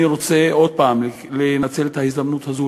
אני רוצה עוד פעם לנצל את ההזדמנות הזאת